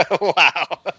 Wow